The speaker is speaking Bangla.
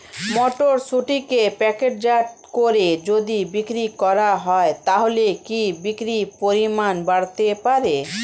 মটরশুটিকে প্যাকেটজাত করে যদি বিক্রি করা হয় তাহলে কি বিক্রি পরিমাণ বাড়তে পারে?